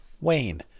Wayne